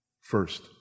First